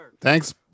Thanks